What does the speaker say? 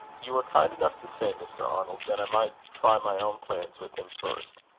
you were kind enough to say, mr. arnold, that i might try my own plans with him first.